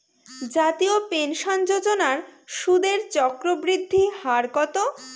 জাতীয় পেনশন যোজনার সুদের চক্রবৃদ্ধি হার কত?